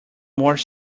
more